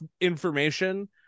information